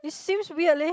it seems weird leh